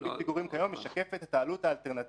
ריבית הפיגורים כיום משקפת את העלות האלטרנטיבית